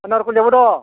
आनारकुलिआबो दं